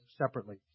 separately